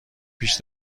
پیش